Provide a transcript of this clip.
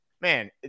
man